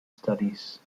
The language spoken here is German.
studies